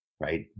right